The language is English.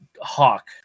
hawk